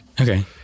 Okay